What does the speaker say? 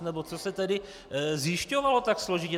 Nebo co se tedy zjišťovalo tak složitě?